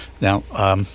now